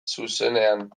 zuzenean